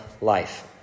life